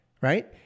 right